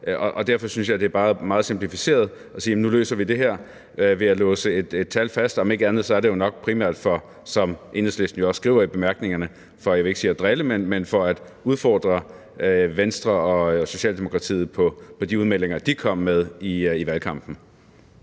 Derfor synes jeg, det er meget simplificeret at sige, at nu løser vi det her ved at låse et tal fast. Om ikke andet er det nok primært for, som Enhedslisten også skriver i bemærkningerne, jeg vil ikke sige for at drille, men for at udfordre Venstre og Socialdemokratiet i de udmeldinger, som de kom med i valgkampen.